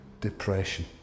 depression